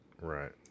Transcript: Right